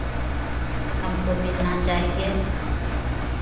हमको मिलना चाहिए